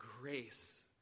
grace